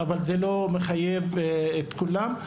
אבל זה לא מחייב את כולם.